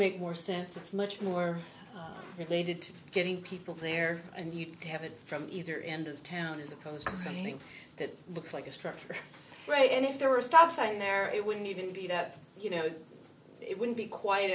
make more sense it's much more that needed to be getting people there and you have it from either end of town as opposed to something that looks like a structure right and if there were a stop sign there it would need to be that you know it wouldn't be quite